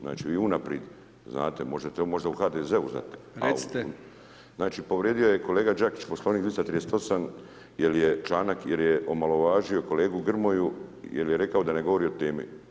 Znači vi unaprijed znate, možete u HDZ-u znati [[Upadica Brkić: Recite.]] Znači povrijedio je kolega Đakić Poslovnik 238. članak jer je omalovažio kolegu Grmoju jel je rekao da ne govori o temi.